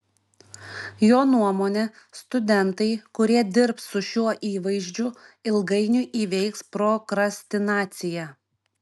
jo nuomone studentai kurie dirbs su šiuo įvaizdžiu ilgainiui įveiks prokrastinaciją